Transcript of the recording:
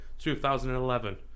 2011